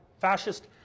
fascist